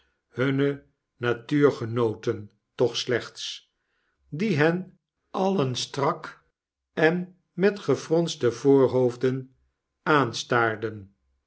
hunne natuurgenooten toch slechts die hen alien strak en met gefronste voorhoofden aanstaarden